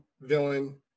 villain